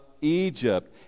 Egypt